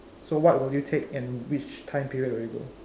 so what will you take and which time period will you go